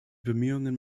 bemühungen